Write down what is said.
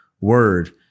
word